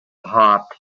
hopped